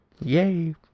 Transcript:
yay